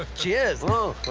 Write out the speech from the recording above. ah cheers.